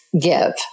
give